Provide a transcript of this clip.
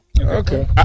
okay